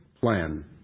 plan